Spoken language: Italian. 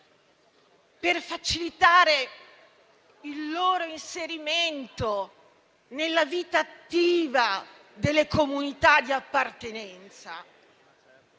per facilitare il loro inserimento nella vita attiva delle comunità di appartenenza